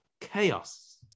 chaos